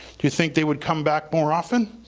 you think they would come back more often?